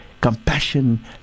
compassion